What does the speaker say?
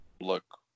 look